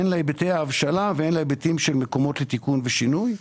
הן להיבטי ההבשלה והן להיבטים של מקומות לתיקון ושינוי.